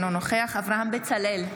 אינו נוכח אברהם בצלאל,